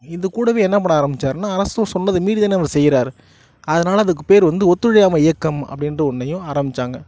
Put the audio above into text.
இதுகூடவே என்ன பண்ண ஆரம்பிச்சாருனா அரசு சொன்னதை மீறி தான இவர் செய்கிறாரு அதனால அதுக்கு பேர் வந்து ஒத்துழையாமை இயக்கம் அப்படின்ற ஒண்றையும் ஆரம்பித்தாங்க